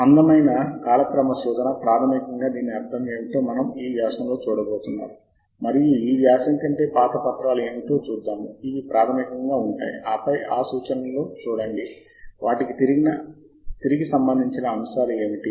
కాబట్టి చాలా తరచుగా మాత్రమే రచయిత శీర్షికలు మూలం మరియు రచయిత ఐడెంటిఫైయర్లు ఎంపిక చేయబడతాయి మరియు సారాంశాన్ని కూడా ఎంచుకోవడానికి ఇది చాలా ముఖ్యమైనది ఎందుకంటే ఈ 12 ప్రచురణలలో మీరు వ్యాసము యొక్క పూర్తి పాఠాన్ని చదవాలనుకోవచ్చు